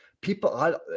people